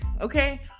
okay